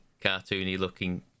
cartoony-looking